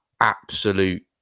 absolute